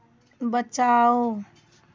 बचाओ